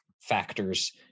factors